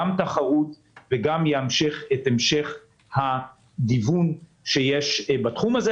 גם תחרות וגם יאפשר את המשך הגיוון שיש בתחום הזה.